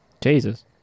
Jesus